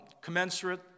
commensurate